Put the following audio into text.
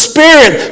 Spirit